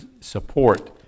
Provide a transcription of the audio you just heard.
support